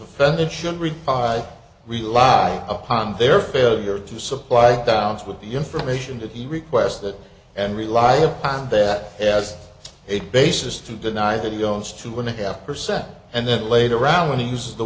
defendant should reply relied upon their failure to supply downs with the information that he requested and rely on that as it basis to deny that he owns two and a half percent and then later round when he uses the